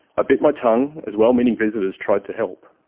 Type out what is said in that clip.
i bit my tongue as well-meaning visitors tried to help.